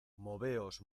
moveos